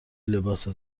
لباس